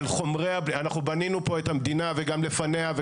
אבל אנחנו בנינו פה את המדינה וגם לפניה,